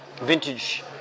vintage